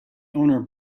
owner